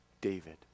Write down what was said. David